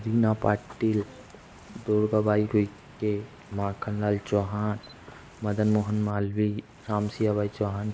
Reena Patil Durga Bai Koike Makhan Lal Chauhan Madan Mohan Malviya Ram Siya Bai Chauhan